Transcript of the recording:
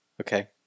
Okay